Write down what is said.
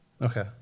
Okay